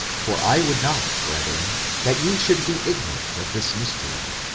for i would not, brethren, that ye should be ignorant of this mystery,